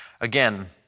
Again